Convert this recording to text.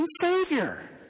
Savior